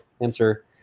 answer